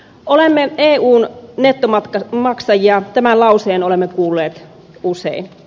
olemme eun nettomaksajia tämän lauseen olemme kuulleet usein